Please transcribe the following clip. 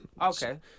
Okay